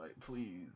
Please